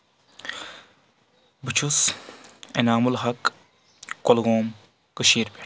بہٕ چھُس انعام الحق کۄلگوم کٔشیٖر پؠٹھ